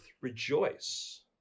rejoice